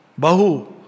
Bahu